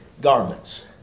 garments